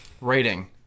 Rating